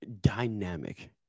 dynamic